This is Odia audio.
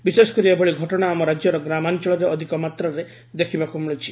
ବିଶେଷକରି ଏଭଳି ଘଟଣା ଆମ ରାଜ୍ୟରେ ଗ୍ରାମାଞ୍ଚଳରେ ଅଧିକ ମାତ୍ରାରେ ଦେଖ୍ବାକୁ ମିଳୁଛି